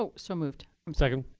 so so moved. um second.